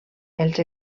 els